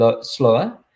slower